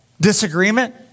disagreement